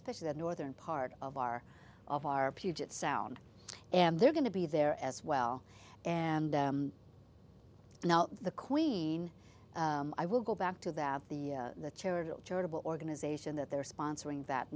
especially the northern part of our of our puget sound and they're going to be there as well and now the queen i will go back to that the charitable charitable organization that they're sponsoring that